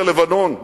לבנון.